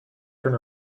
turn